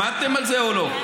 עמדתם על זה או לא?